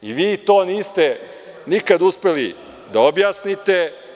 Vi to niste nikada uspeli da objasnite.